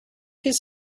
his